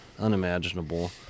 Unimaginable